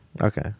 okay